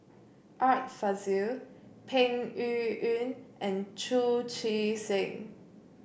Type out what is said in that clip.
Art Fazil Peng Yuyun and Chu Chee Seng